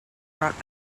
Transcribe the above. brought